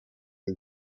who